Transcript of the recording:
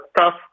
tough